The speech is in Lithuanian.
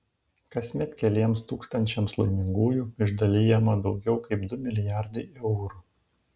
kasmet keliems tūkstančiams laimingųjų išdalijama daugiau kaip du milijardai eurų